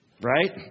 Right